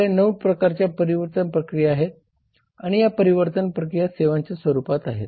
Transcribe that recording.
तर या 9 प्रकारच्या परिवर्तन प्रक्रिया आहेत आणि या परिवर्तन प्रक्रिया सेवांच्या स्वरूपात आहेत